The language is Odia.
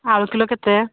ଆଳୁ କିଲୋ କେତେ